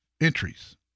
entries